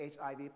HIV